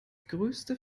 größte